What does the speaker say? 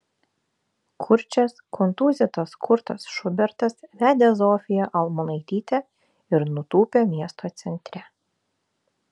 kurčias kontūzytas kurtas šubertas vedė zofiją almonaitytę ir nutūpė miesto centre